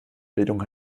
bildung